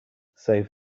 save